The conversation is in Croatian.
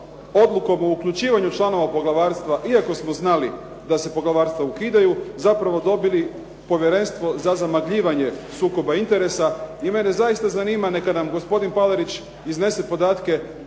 odlukom o uključivanju članova poglavarstva iako smo znali da se poglavarstva ukidaju zapravo dobili povjerenstvo za zamagljivanje sukoba interesa. I mene zaista zanima neka nam gospodin Palarić iznese podatke